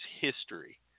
history